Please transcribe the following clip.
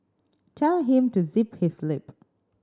tell him to zip his lip